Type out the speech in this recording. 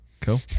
cool